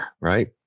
right